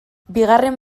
bigarren